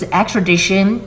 extradition